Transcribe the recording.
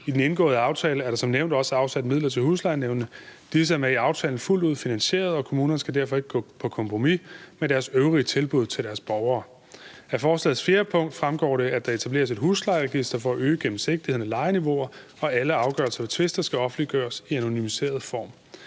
I den indgåede aftale er der som nævnt også afsat midler til huslejenævnene. Disse, der er med i aftalen, er fuldt ud finansierede, og kommunerne skal derfor ikke gå på kompromis med deres øvrige tilbud til deres borgere. Af forslagets 4. punkt fremgår det, at der skal etableres et huslejeregister for at øge gennemsigtigheden af lejeniveauer, og at alle afgørelser ved tvister skal offentliggøres i anonymiseret form.